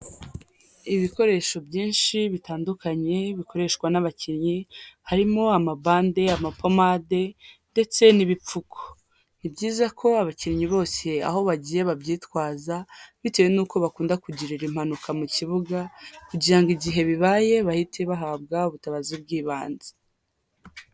Ibikoresho byinshi bitandukanye bikoreshwa n'abakinnyi, harimo amabande, amapomade ndetse n'ibipfuko. Ni byiza ko abakinnyi bose aho bagiye babyitwaza, bitewe n'uko bakunda kugirira impanuka mu kibuga kugira ngo igihe bibaye, bahite bahabwa ubutabazi bw'ibanze.